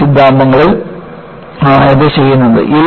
yield സിദ്ധാന്തങ്ങളാണ് ഇത് ചെയ്യുന്നത്